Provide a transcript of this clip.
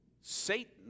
Satan